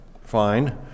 fine